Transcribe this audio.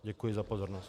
Děkuji za pozornost.